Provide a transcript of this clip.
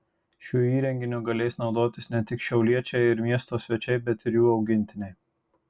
šiuo įrenginiu galės naudotis ne tik šiauliečiai ir miesto svečiai bet ir jų augintiniai